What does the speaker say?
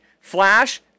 Flash